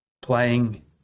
playing